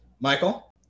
Michael